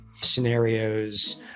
scenarios